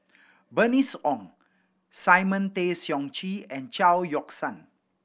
Bernice Ong Simon Tay Seong Chee and Chao Yoke San